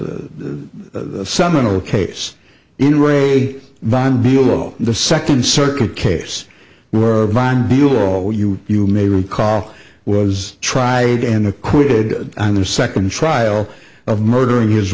the seminal case in ray von bulow the second circuit case were fine buell you you may recall was tried and acquitted on the second trial of murdering his